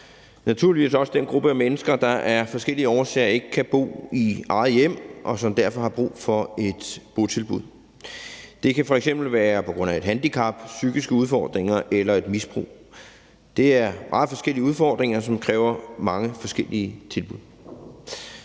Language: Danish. naturligvis også den gruppe af mennesker, der af forskellige årsager ikke kan bo i eget hjem, og som derfor har brug for et botilbud. Det kan f.eks. være på grund af et handicap, psykiske udfordringer eller et misbrug. Det er meget forskellige udfordringer, som kræver mange forskellige tilbud.